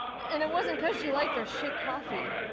and it wasn't cause you liked our shit coffee